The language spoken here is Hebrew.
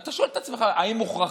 אתה שואל את עצמך: האם מוכרחים?